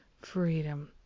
freedom